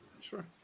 Sure